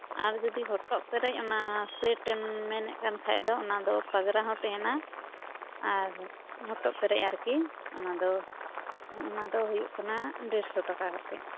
ᱟᱨ ᱡᱩᱫᱤ ᱦᱚᱴᱚᱜ ᱯᱮᱨᱮᱡ ᱚᱱᱟ ᱥᱮᱴᱮᱢ ᱢᱮᱱᱮᱫ ᱠᱟᱱ ᱠᱷᱟᱡ ᱫᱚ ᱚᱱᱟ ᱫᱚ ᱯᱟᱜᱽᱨᱟ ᱦᱚᱸ ᱛᱟᱦᱮᱸᱱᱟ ᱟᱨ ᱦᱚᱴᱚᱜ ᱯᱮᱨᱮᱡ ᱟᱨᱠᱤ ᱚᱱᱟ ᱫᱚ ᱚᱱᱟ ᱫᱚ ᱦᱩᱭᱩᱜ ᱠᱟᱱᱟ ᱰᱮᱲᱥᱚ ᱴᱟᱠᱟ ᱠᱟᱛᱮᱫ